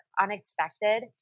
unexpected